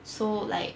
so like